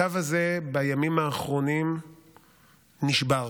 הקו הזה בימים האחרונים נשבר,